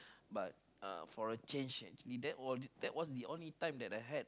but uh for a change actually that was that was the only time that I had